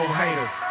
haters